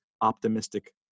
optimistic